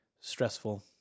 stressful